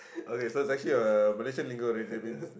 okay so it's actually a Malaysian lingo